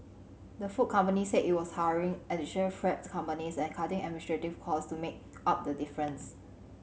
the food company said it was hiring additional freight companies and cutting administrative cost to make up the difference